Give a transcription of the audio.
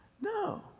No